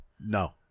No